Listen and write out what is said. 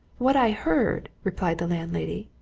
what i heard, replied the landlady,